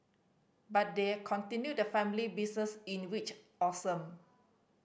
but they're continued the family business in which awesome